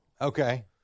Okay